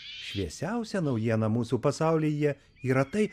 šviesiausia naujiena mūsų pasaulyje yra tai